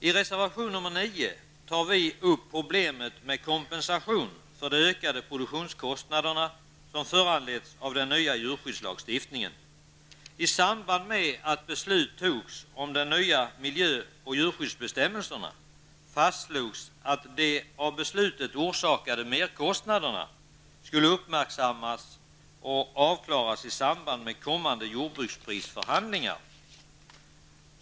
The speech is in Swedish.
I reservation nr 9 tar vi upp problemet med kompensation för de ökade produktionskostnaderna, som föranletts av den nya djurskyddslagstiftningen. I samband med att beslut fattades om de nya miljö och djurskyddsbestämmelserna fastslogs att de av beslutet orsakade merkostnaderna skulle uppmärksammas och avklaras i samband med kommande jordbruksprisförhandlingar.